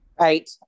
Right